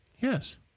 Yes